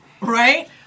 Right